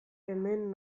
hemen